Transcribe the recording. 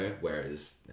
whereas